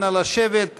נא לשבת.